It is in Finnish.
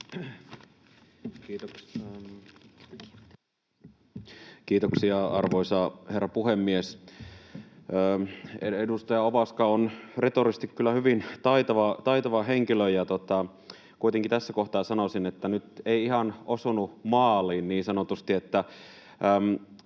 Kiitoksia, arvoisa herra puhemies! Edustaja Ovaska on retorisesti kyllä hyvin taitava henkilö, mutta kuitenkin tässä kohtaa sanoisin, että nyt ei ihan osunut maaliin, niin sanotusti.